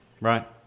Right